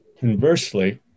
conversely